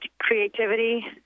creativity